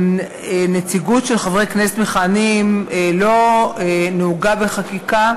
נציגות של חברי כנסת מכהנים לא נהוגה בחקיקה.